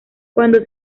cuando